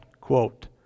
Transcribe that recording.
quote